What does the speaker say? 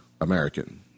American